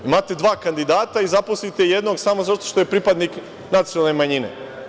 Imate dva kandidata i zaposlite jednog samo zato što je pripadnik nacionalne manjine.